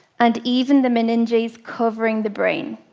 and even the meninges covering the brain.